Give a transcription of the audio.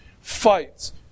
fights